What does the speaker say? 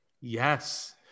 Yes